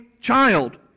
child